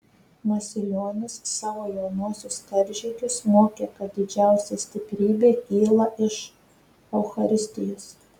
masilionis savo jaunuosius karžygius mokė kad didžiausia stiprybė kyla iš eucharistijos